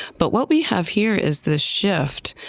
but what we have here is this shift.